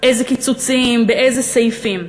איזה קיצוצים, באיזה סעיפים.